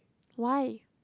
why